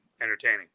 entertaining